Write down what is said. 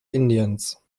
indiens